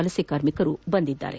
ವಲಸೆ ಕಾರ್ಮಿಕರು ಬಂದಿದ್ದಾರೆ